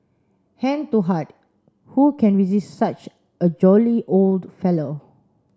hand to heart who can resist such a jolly old fellow